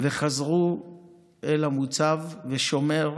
וחזרו אל המוצב, ושומר,